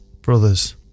Brothers